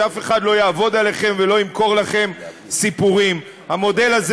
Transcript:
שאף אחד לא יעבוד עליכם ולא ימכור לכם סיפורים: המודל הזה